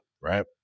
Right